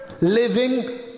living